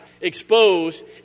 exposed